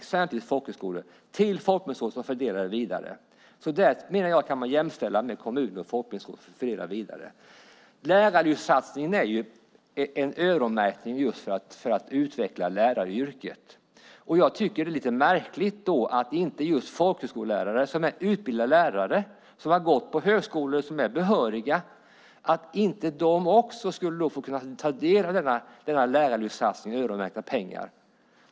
De går till Folkbildningsrådet som fördelar dem vidare. Jag menar därför att man kan jämställa Folkbildningsrådet med kommunerna när det gäller att fördela pengarna. Lärarlyftssatsningen är en öronmärkning just för att utveckla läraryrket. Därför är det lite märkligt att inte folkhögskolelärare, som är utbildare lärare, som gått på högskola och är behöriga, också skulle kunna ta del av Lärarlyftet, de öronmärkta pengarna.